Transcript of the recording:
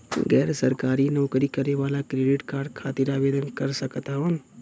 गैर सरकारी नौकरी करें वाला क्रेडिट कार्ड खातिर आवेदन कर सकत हवन?